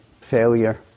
failure